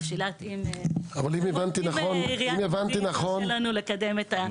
שילת אם העירייה תרשה לנו לקדם את זה.